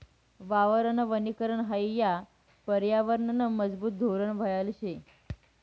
वावरनं वनीकरन हायी या परयावरनंनं मजबूत धोरन व्हवाले जोयजे